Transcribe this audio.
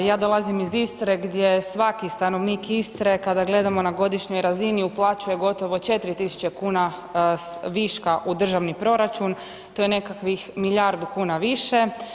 Ja dolazim iz Istre gdje svaki stanovnik Istre kada gledamo na godišnjoj razini uplaćuje gotovo 4.000 kuna viška u državni proračun, to je nekakvih milijardu kuna više.